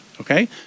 okay